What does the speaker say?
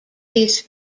these